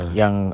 yang